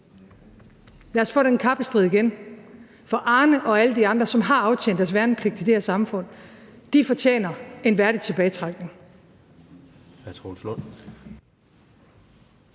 Lad os få den kappestrid igen. For Arne og alle de andre, som har aftjent deres værnepligt i det her samfund, fortjener en værdig tilbagetrækning.